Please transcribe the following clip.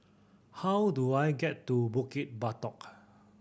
how do I get to Bukit Batok